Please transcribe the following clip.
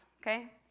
okay